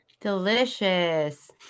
delicious